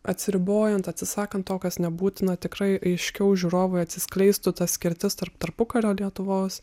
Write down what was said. atsiribojant atsisakant to kas nebūtina tikrai aiškiau žiūrovui atsiskleistų ta skirtis tarp tarpukario lietuvos